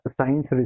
science